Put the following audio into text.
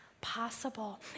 Possible